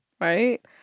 right